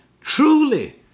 Truly